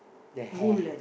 the hair